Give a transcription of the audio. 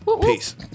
peace